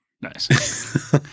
Nice